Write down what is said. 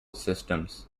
systems